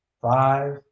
five